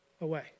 away